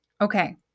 okay